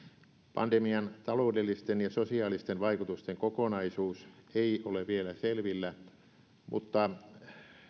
pandemian taloudellisten ja sosiaalisten vaikutusten kokonaisuus ei ole vielä selvillä mutta